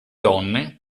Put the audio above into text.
donne